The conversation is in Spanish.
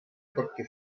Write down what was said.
porque